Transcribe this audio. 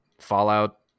fallout